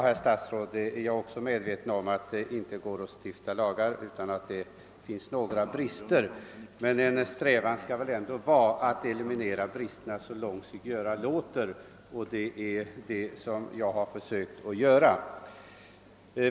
Herr talman! Också jag är medveten om, herr statsråd, att det inte går att stifta lagar utan att det uppstår några brister, men strävan skall väl gå ut på att eliminera dessa så långt som möjligt, och det är detta jag försökt framhålla.